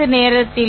மன்னிக்கவும்